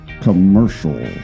commercial